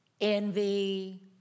envy